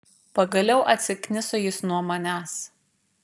pagaliau atsikniso jis nuo manęs